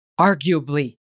arguably